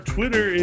Twitter